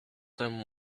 them